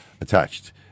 attached